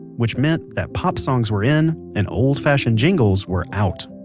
which meant that pop songs were in and old-fashioned jingles were out